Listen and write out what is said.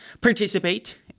participate